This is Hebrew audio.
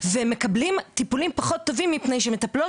והם מקבלים טיפולים פחות טובים מפני שמטפלות